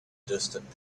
distant